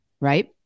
Right